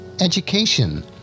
education